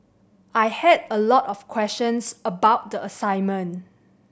I had a lot of questions about the assignment